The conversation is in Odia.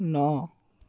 ନଅ